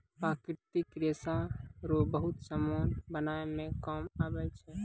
प्राकृतिक रेशा रो बहुत समान बनाय मे काम आबै छै